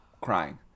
crying